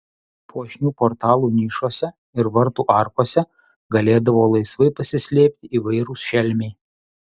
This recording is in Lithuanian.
puošnių portalų nišose ir vartų arkose galėdavo laisvai pasislėpti įvairūs šelmiai